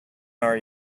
are